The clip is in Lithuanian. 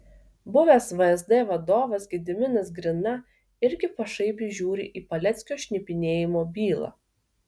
buvęs vsd vadovas gediminas grina irgi pašaipiai žiūri į paleckio šnipinėjimo bylą